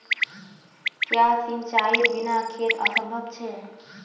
क्याँ सिंचाईर बिना खेत असंभव छै?